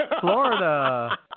Florida